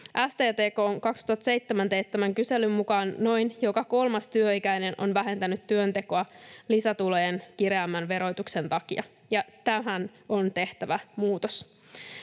STTK:n 2007 teettämän kyselyn mukaan noin joka kolmas työikäinen on vähentänyt työntekoa lisätulojen kireämmän verotuksen takia, ja tähän on tehtävä muutos.